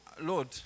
Lord